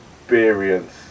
experience